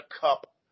cup